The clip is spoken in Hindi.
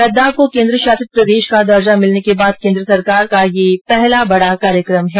लद्दाख को केन्द्र शासित प्रदेश का दर्जा मिलने के बाद केन्द्र सरकार का यह पहला बड़ा कार्यक्रम है